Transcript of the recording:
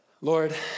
Lord